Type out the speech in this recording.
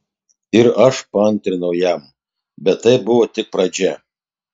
ir aš paantrinau jam bet tai buvo tik pradžia